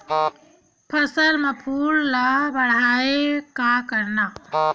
फसल म फूल ल बढ़ाय का करन?